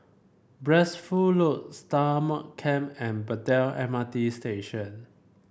Blissful Loft Stagmont Camp and Braddell M R T Station